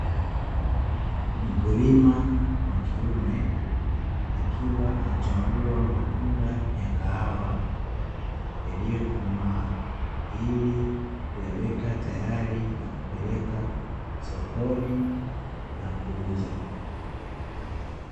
Mkulima wa kiume akiwa anachambua matunda ya kahawa yaliyokomaa, ili kuyaweka tayari na kupeleka sokoni na kuuza